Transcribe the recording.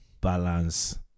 balance